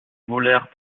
volèrent